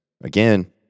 again